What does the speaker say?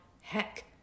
heck